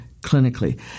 clinically